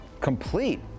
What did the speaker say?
complete